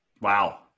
Wow